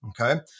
Okay